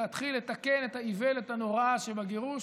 להתחיל לתקן את האיוולת הנוראה שבגירוש.